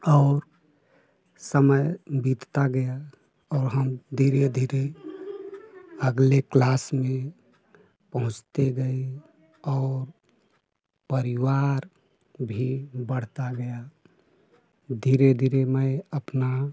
और समय बीतता गया और हम धीरे धीरे अगले क्लास में पहुँचते गए और परिवार भी बढ़ता गया धीरे धीरे मैं अपना